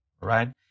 right